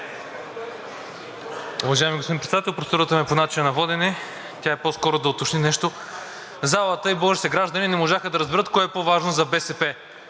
Уважаеми господин Председател, процедурата ми е по начина на водене. Тя е по-скоро да уточним нещо. Залата и българските граждани не можаха да разберат кое е по-важно за БСП